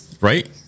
Right